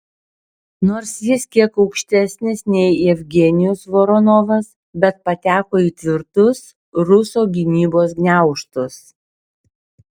nors jis kiek aukštesnis nei jevgenijus voronovas bet pateko į tvirtus ruso gynybos gniaužtus